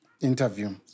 interview